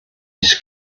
his